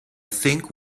think